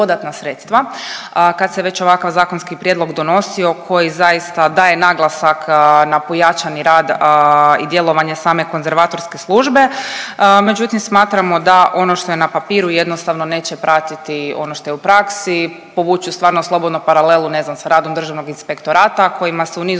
kad se već ovakav zakonski prijedlog donosio koji zaista daje naglasak na pojačani rad i djelovanje same konzervatorske službe. Međutim, smatramo da ono što je na papiru jednostavno neće pratiti ono što je praksi. Povući ću stvarno slobodno paralelu ne znam s radom Državnog inspektorata kojima se u nizu